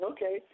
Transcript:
Okay